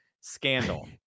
scandal